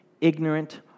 ignorant